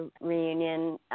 reunion